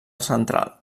central